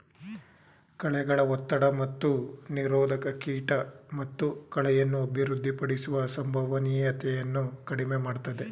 ಕಳೆಗಳ ಒತ್ತಡ ಮತ್ತು ನಿರೋಧಕ ಕೀಟ ಮತ್ತು ಕಳೆಯನ್ನು ಅಭಿವೃದ್ಧಿಪಡಿಸುವ ಸಂಭವನೀಯತೆಯನ್ನು ಕಡಿಮೆ ಮಾಡ್ತದೆ